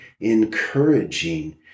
encouraging